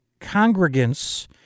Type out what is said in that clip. congregants